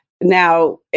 Now